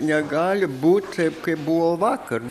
negali būt taip kaip buvo vakar